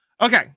Okay